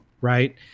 Right